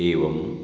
एवम्